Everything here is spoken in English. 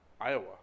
Iowa